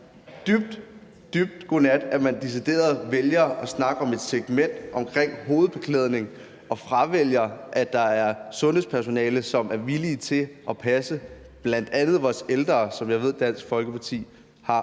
dybt, dybt godnat, at man decideret vælger at snakke om et segment omkring hovedbeklædning og fravælger sundhedspersonale, som er villige til at passe bl.a. vores ældre, som jeg ved Dansk Folkeparti har